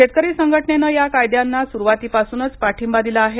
शेतकरी संघटनेन या कायद्यांना सुरुवातीपासूनच पाठिंबा दिला आहे